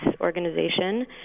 organization